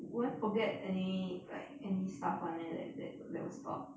won't forget any like any stuff [one] meh that that that was taught